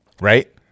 Right